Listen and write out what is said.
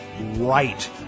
right